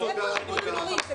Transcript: איפה ארגון המורים?